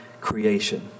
creation